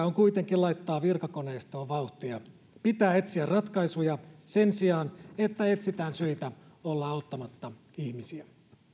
on kuitenkin laittaa virkakoneistoon vauhtia pitää etsiä ratkaisuja sen sijaan että etsitään syitä olla auttamatta ihmisiä